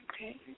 Okay